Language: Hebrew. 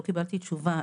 לא קיבלתי תשובה,